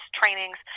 trainings